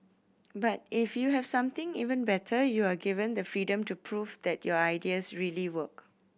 but if you have something even better you are given the freedom to prove that your ideas really work